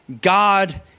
God